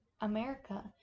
america